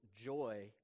joy